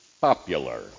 popular